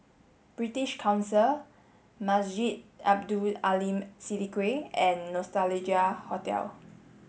British Council Masjid Abdul Aleem Siddique and Nostalgia Hotel